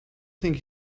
think